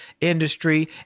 industry